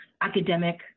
academic